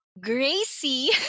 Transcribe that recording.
Gracie